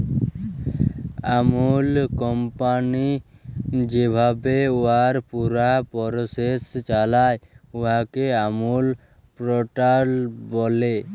আমূল company যেভাবে উয়ার পুরা পরসেস চালায়, উয়াকে আমূল প্যাটার্ল ব্যলে